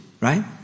right